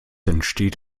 entsteht